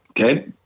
Okay